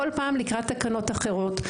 כל פעם לקראת תקנות אחרות,